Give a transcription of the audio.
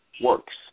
works